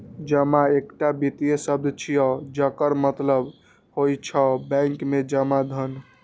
जमा एकटा वित्तीय शब्द छियै, जकर मतलब होइ छै बैंक मे जमा धन